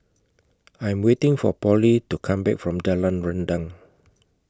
I Am waiting For Polly to Come Back from Jalan Rendang